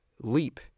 leap